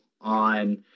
on